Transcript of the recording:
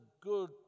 good